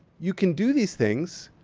you can do these things,